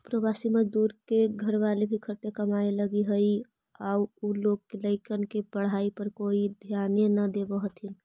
प्रवासी मजदूर के घरवाली भी खटे कमाए लगऽ हई आउ उ लोग के लइकन के पढ़ाई पर कोई ध्याने न देवऽ हथिन